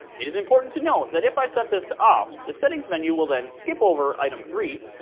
it is important to note, that if i set this to off, the settings menu will then skip over item three,